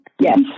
Yes